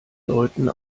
leuten